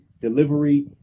delivery